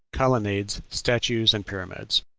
colonnades, statues, and pyramids.